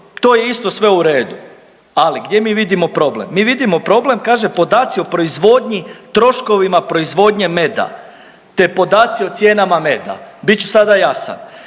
to je isto sve u redu, ali gdje mi vidimo problem? Mi vidimo problem, kaže, podaci o proizvodnji, troškovima proizvodnje meda, te podaci o cijenama meda, bit ću sada jasan,